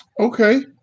Okay